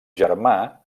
germà